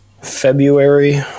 February